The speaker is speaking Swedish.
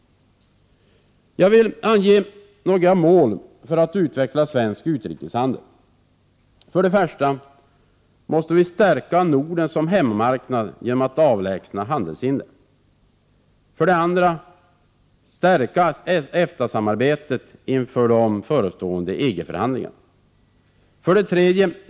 Jag vill ange några mål för att utveckla svensk utrikeshandel: 1. Stärk Norden som hemmamarknad genom att avlägsna handelshinder. 2. Stärk EFTA-samarbetet inför de förestående EG-förhandlingarna. 3.